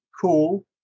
cool